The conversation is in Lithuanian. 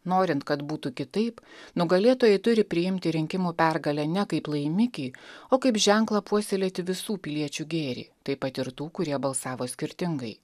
norint kad būtų kitaip nugalėtojai turi priimti rinkimų pergalę ne kaip laimikį o kaip ženklą puoselėti visų piliečių gėrį tai patirtų kurie balsavo skirtingai